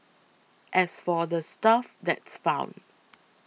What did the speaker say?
as for the stuff that's found